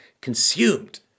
consumed